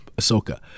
Ahsoka